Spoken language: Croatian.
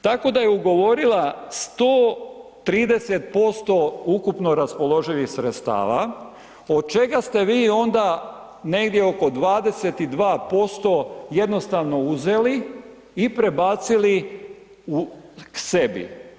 Tako da je ugovorila 130% ukupno raspoloživih sredstava o čega ste vi onda negdje oko 22% jednostavno uzeli i prebacili sebi.